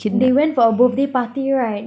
they went for a birthday party right